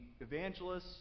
evangelists